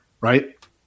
right